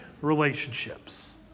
relationships